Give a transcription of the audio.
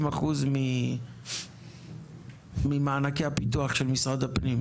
שרשות מגדילה את ההכנסות,